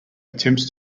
attempts